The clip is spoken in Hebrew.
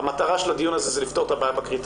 המטרה של הדיון הזה היא לפתור את הבעיה בקריטריונים.